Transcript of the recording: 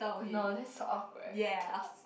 no that's so awkward